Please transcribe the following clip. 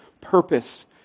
purpose